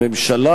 הממשלה,